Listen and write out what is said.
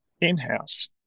in-house